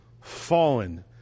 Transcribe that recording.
Fallen